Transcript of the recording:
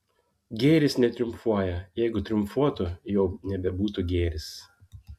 gėris netriumfuoja jeigu triumfuotų jau nebebūtų gėris